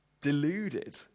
Deluded